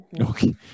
Okay